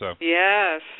Yes